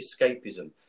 escapism